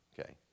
Okay